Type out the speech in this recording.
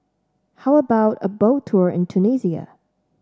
how about a Boat Tour in Tunisia